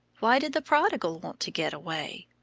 why did the prodigal want to get away?